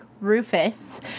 Rufus